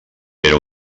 era